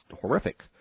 horrific